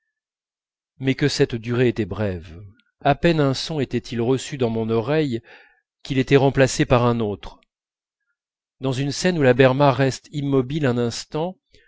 mais que cette durée était brève à peine un son était-il reçu dans mon oreille qu'il était remplacé par un autre dans une scène où la berma reste immobile un instant